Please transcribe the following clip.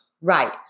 Right